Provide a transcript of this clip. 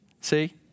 See